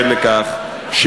בהחלט יש קשר לכך, לא מחליפים.